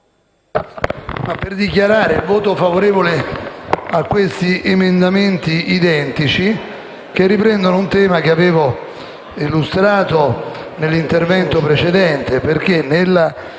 dichiarare il voto favorevole a questi emendamenti identici che riprendono un tema che avevo illustrato nell'intervento precedente, perché nella